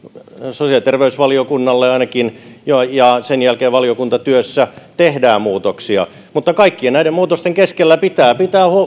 sosiaali ja terveysvaliokunnalle ainakin ja ja sen jälkeen valiokuntatyössä tehdään muutoksia mutta kaikkien näiden muutosten keskellä pitää pitää